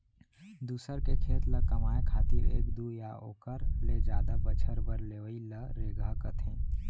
दूसर के खेत ल कमाए खातिर एक दू या ओकर ले जादा बछर बर लेवइ ल रेगहा कथें